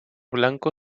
blanco